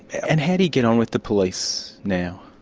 and how do you get on with the police now?